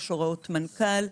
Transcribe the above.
יש הוראות מנכ"ל,